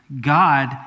God